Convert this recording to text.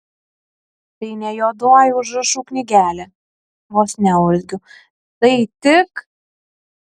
tai ne juodoji užrašų knygelė vos neurzgiu tai tik